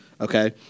okay